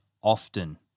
often